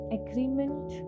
agreement